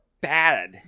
bad